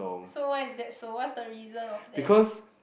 so why is that so what's the reason of that